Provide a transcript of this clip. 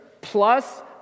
plus